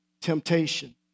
temptation